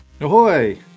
Ahoy